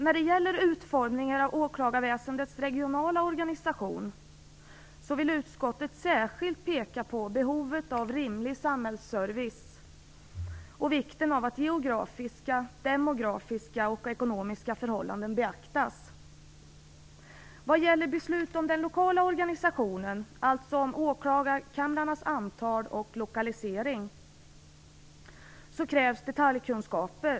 När det gäller utformningen av åklagarväsendets regionala organisation, vill utskottet särskilt peka på behovet av rimlig samhällsservice och vikten av att geografiska, demografiska och ekonomiska förhållanden beaktas. När det gäller beslut om den lokala organisationen, alltså om åklagarkamrarnas antal och lokalisering, krävs det detaljkunskaper.